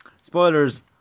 spoilers